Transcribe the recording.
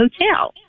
hotel